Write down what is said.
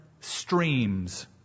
streams